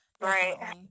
Right